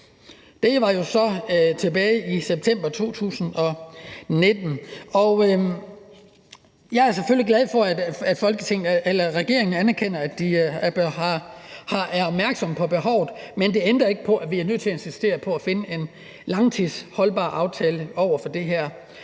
Det var jo så tilbage i september 2019, og jeg er selvfølgelig glad for, at regeringen anerkender, at den er opmærksom på behovet, men det ændrer ikke på, at vi er nødt til at insistere på at finde en langtidsholdbar aftale om det her.